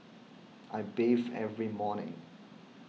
I bathe every morning